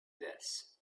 this